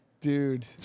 Dude